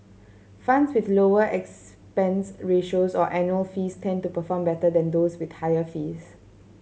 funds with lower expense ratios or annual fees tend to perform better than those with higher fees